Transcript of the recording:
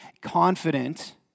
confident